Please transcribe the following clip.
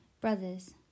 Brothers